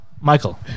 Michael